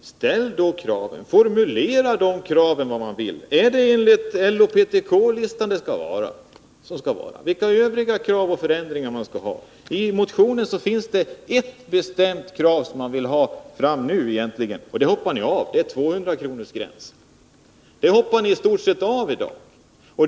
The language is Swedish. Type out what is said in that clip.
Ställ då kraven, formulera de krav det här gäller! Är det fråga om de krav som LO och PTK har ställt eller har ni andra krav på förändringar? I den motion det här gäller finns ett bestämt krav som nu förs fram — men detta hoppar ni nu i stort sett av — och det gäller 200-kronorsgränsen.